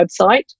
website